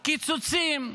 קיצוצים,